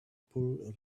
pull